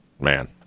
man